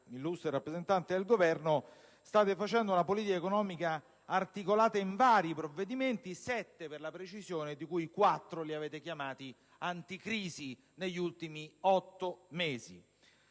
illustre rappresentante del Governo, state facendo una politica economica articolata in vari provvedimenti - sette per la precisione, di cui quattro li avete definiti anticrisi - negli ultimi otto mesi.